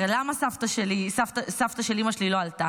הרי למה סבתא של אימא שלי לא עלתה?